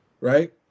Right